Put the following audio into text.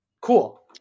cool